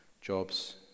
jobs